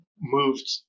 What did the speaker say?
moved –